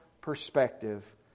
perspective